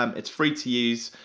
um it's free to use.